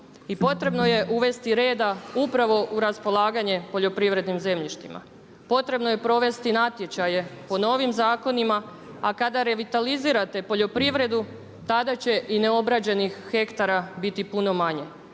i potrebno je uvesti reda upravo u raspolaganje poljoprivrednim zemljištima. Potrebno je provesti natječaje po novim zakonima, a kada revitalizirate poljoprivredu tada će i neobrađenih hektara biti puno manje.